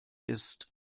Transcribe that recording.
ist